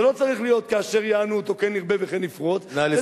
זה לא צריך להיות "כאשר יענו אותו כן ירבה וכן יפרוץ" נא לסיים.